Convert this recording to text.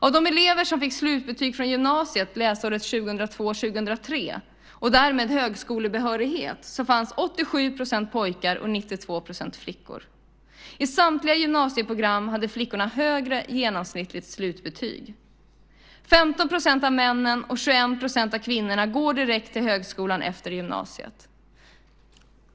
Av de elever som fick slutbetyg från gymnasiet läsåret 2002/03 och därmed högskolebehörighet fanns 87 % pojkar och 92 % flickor. I samtliga gymnasieprogram hade flickorna högre genomsnittligt slutbetyg. 15 % av männen och 21 % av kvinnorna går direkt till högskolan efter gymnasiet.